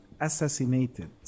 assassinated